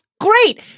great